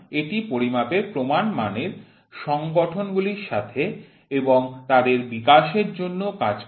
সুতরাং এটি পরিমাপের প্রমাণ মানের সংগঠন গুলির সাথে এবং তাদের বিকাশের জন্য কাজ করে